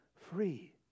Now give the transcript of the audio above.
free